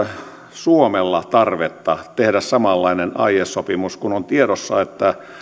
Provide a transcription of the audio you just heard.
suomella tarvetta tehdä samanlainen aiesopimus on tiedossa että